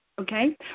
Okay